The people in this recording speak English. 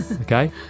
okay